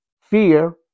fear